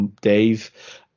Dave